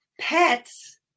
Pets